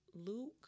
Luke